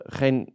geen